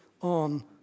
on